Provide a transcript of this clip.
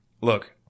look